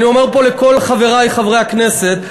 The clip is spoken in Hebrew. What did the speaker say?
אני אומר לכל חברי חברי הכנסת,